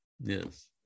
Yes